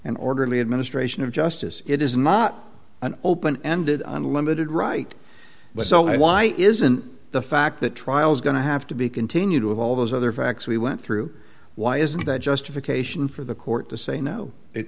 and orderly administration of justice it is not an open ended on limited right but so why isn't the fact the trial is going to have to be continued with all those other facts we went through why isn't that justification for the court to say no it